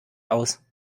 aus